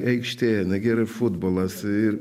aikštė nagi yra futbolas ir